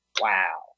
wow